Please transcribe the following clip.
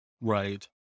Right